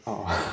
orh